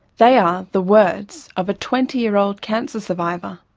they are the words of a twenty year old cancer survivor.